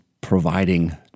providing